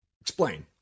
Explain